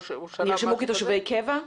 נרשמו כתושבי קבע?